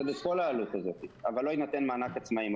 את כל העלות הזאת אבל לא יינתן מענק עצמאים,